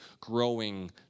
growing